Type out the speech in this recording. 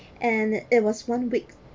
and it was one week